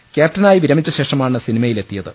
ക്യാപ്റ്റനായി വിര മിച്ച ശേഷമാണ് സിനിമയിലെത്തിയത്